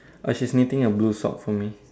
oh she's knitting a blue sock for me